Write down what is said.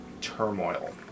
turmoil